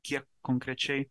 kiek konkrečiai